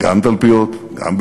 גם תלפיות,